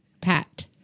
Pat